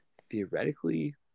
theoretically